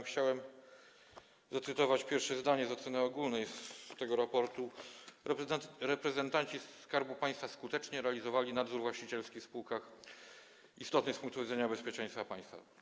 Chciałem zacytować pierwsze zdanie z oceny ogólnej z tego raportu: Reprezentanci Skarbu Państwa skutecznie realizowali nadzór właścicielski w spółkach istotnych z punktu widzenia bezpieczeństwa państwa.